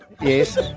Yes